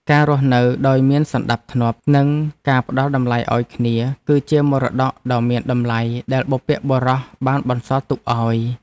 ការរស់នៅដោយមានសណ្ដាប់ធ្នាប់និងការផ្ដល់តម្លៃឱ្យគ្នា គឺជាមរតកដ៏មានតម្លៃដែលបុព្វបុរសបានបន្សល់ទុកឱ្យ។